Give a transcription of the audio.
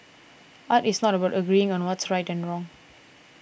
art is not about agreeing on what's right or wrong